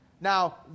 Now